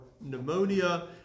pneumonia